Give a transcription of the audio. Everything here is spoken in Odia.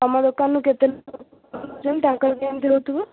ତମ ଦୋକାନରୁ କେତେ ତାଙ୍କର କେମିତି ରହୁଥିବ